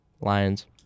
Lions